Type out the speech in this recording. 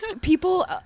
People